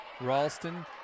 Ralston